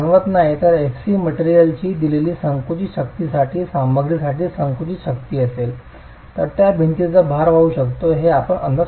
तर जर fc मटेरियलची दिलेली संकुचित शक्तीसाठी सामग्रीची संकुचित शक्ती असेल तर त्या भिंतीचा भार वाहू शकतो हे आपण अंदाज करू शकता